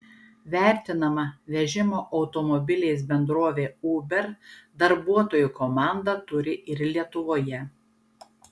vertinama vežimo automobiliais bendrovė uber darbuotojų komandą turi ir lietuvoje